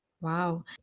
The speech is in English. Wow